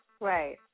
Right